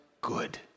good